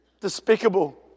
Despicable